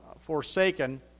forsaken